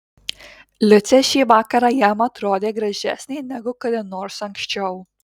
liucė šį vakarą jam atrodė gražesnė negu kada nors anksčiau